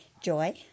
joy